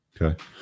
okay